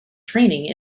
training